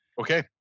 Okay